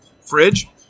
Fridge